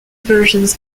versions